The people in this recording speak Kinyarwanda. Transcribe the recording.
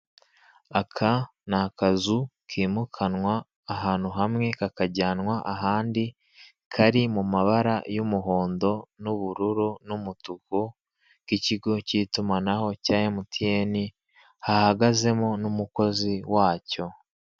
Aka ni akazu kimukanwa ahantu hamwe kakajyanwa ahandi kari mu mabara y'umuhondo n'ubururu n'umutuku k'ikigo cy'itumanaho cya MTN hahagazemo n'umukozi wacyo.